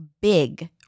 big